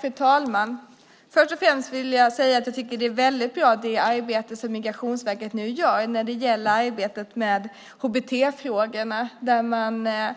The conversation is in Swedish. Fru talman! Först och främst tycker jag att det arbete som Migrationsverket nu gör när det gäller HBT-frågorna med